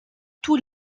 tous